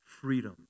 freedom